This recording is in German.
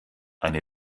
eine